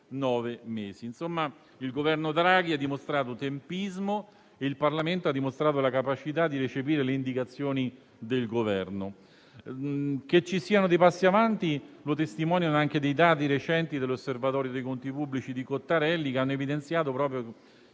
il Governo Draghi ha dimostrato tempismo e il Parlamento ha dimostrato la capacità di recepire le indicazioni del Governo. Che ci siano dei passi avanti lo testimoniano anche dei dati recenti dell'osservatorio dei conti pubblici di Cottarelli, che hanno evidenziato che il